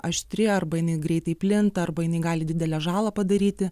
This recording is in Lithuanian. aštri arba jinai greitai plinta arba jinai gali didelę žalą padaryti